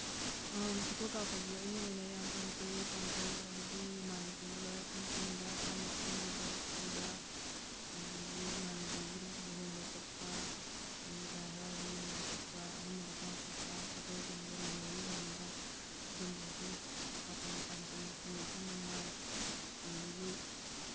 photo ꯀꯥꯞꯞꯁꯦ ꯑꯩꯒꯤ ꯑꯣꯏꯅ ꯌꯥꯝ ꯄꯥꯝꯖꯩ ꯄꯥꯝꯖꯩ ꯍꯥꯏꯕꯗꯤ ꯏꯃꯥꯟꯅꯕꯤꯒ ꯁꯨꯝ ꯄꯨꯟꯕ ꯊꯥꯏꯅ ꯄꯨꯟꯒꯤꯕ ꯁ꯭ꯀꯨꯜꯗ ꯑꯗꯒꯤ ꯏꯃꯥꯟꯅꯕꯤꯒꯤ ꯂꯨꯍꯣꯡꯕ ꯆꯠꯄ ꯑꯗꯒꯤ ꯂꯥꯏ ꯍꯔꯥꯎꯕ ꯌꯦꯡꯕ ꯆꯠꯄ ꯑꯗꯨꯝꯕꯗ ꯀꯥꯞꯈꯤꯕ ꯐꯣꯇꯣꯁꯤꯡꯗꯨ ꯃꯦꯃꯣꯔꯤ ꯑꯣꯏꯅꯕ ꯑꯗꯨꯝꯕꯒꯤ ꯀꯥꯞꯄ ꯌꯥꯝ ꯄꯥꯝꯖꯩ ꯁꯨꯝ ꯋꯥꯈꯟ ꯅꯨꯡꯉꯥꯏ ꯑꯗꯒꯤ